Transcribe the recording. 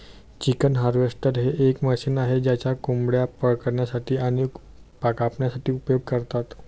chicken harvester हे एक machine आहे ज्याचा कोंबड्या पकडण्यासाठी आणि कापण्यासाठी उपयोग करतात